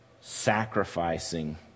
sacrificing